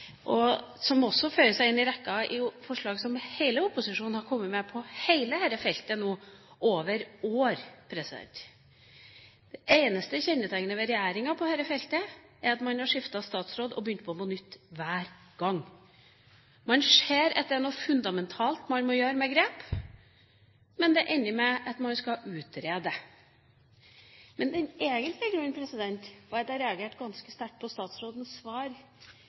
og som også føyer seg inn i rekken av forslag som hele opposisjonen har kommet med på hele dette feltet over år. Det eneste kjennetegnet ved regjeringa på dette feltet er at man har skiftet statsråd og begynt på nytt hver gang. Man ser etter noen fundamentale grep, men det ender med at man skal utrede. Den egentlige grunnen til at jeg ba om ordet, var at jeg reagerte ganske sterkt på statsrådens svar